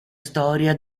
storia